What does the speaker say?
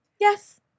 Yes